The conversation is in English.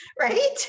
right